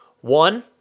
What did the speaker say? One